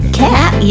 cat